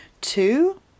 Two